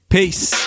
Peace